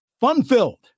fun-filled